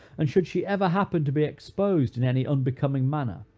and should she ever happen to be exposed in any unbecoming manner,